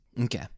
Okay